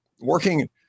Working